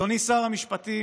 אדוני שר המשפטים,